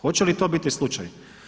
Hoće li to biti slučaj?